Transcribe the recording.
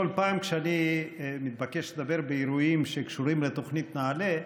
בכל פעם כשאני מתבקש לדבר באירועים שקשורים לתוכנית נעל"ה,